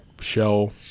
show